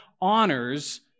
honors